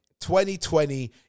2020